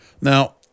Now